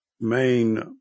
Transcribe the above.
main